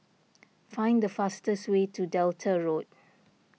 find the fastest way to Delta Road